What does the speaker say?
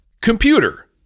Computer